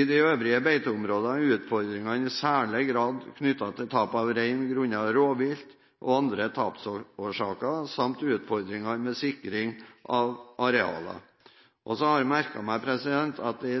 I de øvrige beiteområdene er utfordringene i særlig grad knyttet til tap av rein grunnet rovvilt og andre tapsårsaker samt utfordringene med sikring av arealene. Så har jeg merket meg at det i